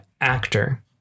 actor